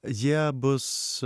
jie bus